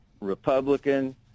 Republican